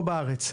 פה בארץ.